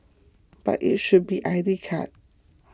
but it should be I D card